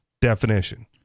definition